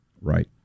Right